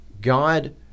God